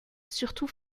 surtout